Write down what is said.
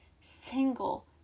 single